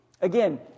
Again